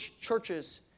churches